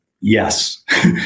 Yes